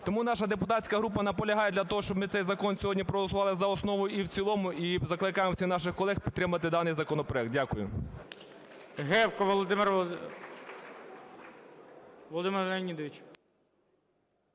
Тому наша депутатська група наполягає на тому, щоб ми цей закон сьогодні проголосували за основу і в цілому, і закликаємо всіх наших колег підтримати даний законопроект. Дякую.